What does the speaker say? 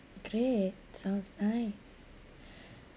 great sounds nice